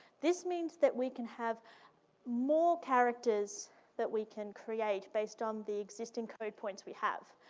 this means that we can have more characters that we can create based on the existing code points we have,